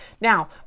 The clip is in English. Now